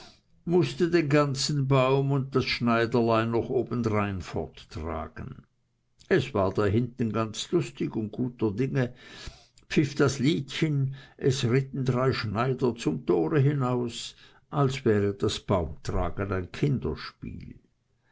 mußte den ganzen baum und das schneiderlein noch obendrein forttragen es war da hinten ganz lustig und guter dinge pfiff das liedchen es ritten drei schneider zum tore hinaus als wär das baum tragen ein kinderspiel